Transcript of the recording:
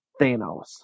Thanos